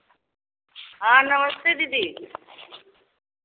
हाँ नमस्ते दीदी